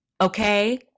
Okay